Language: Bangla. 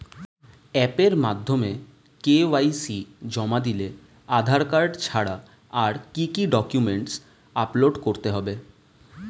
অ্যাপের মাধ্যমে কে.ওয়াই.সি জমা দিলে আধার কার্ড ছাড়া আর কি কি ডকুমেন্টস আপলোড করতে হবে?